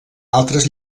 altres